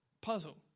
puzzle